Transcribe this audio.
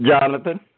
Jonathan